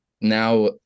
now